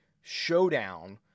showdown